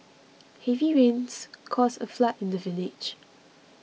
heavy rains caused a flood in the village